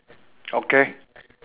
okay